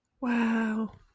Wow